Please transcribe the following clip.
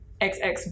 XX